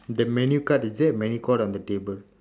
the menu card is that a menu card on the table